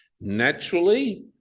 Naturally